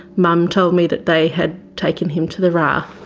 mum told me that they had taken him to the rah.